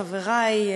חברי,